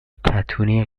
کتونی